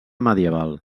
medieval